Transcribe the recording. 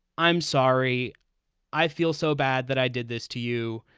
i'm sorry i feel so bad that i did this to you.